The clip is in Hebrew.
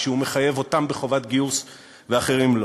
כשהוא מחייב אותם בחובת גיוס ואחרים לא.